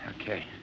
Okay